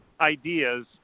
ideas